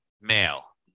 male